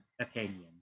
opinion